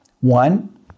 One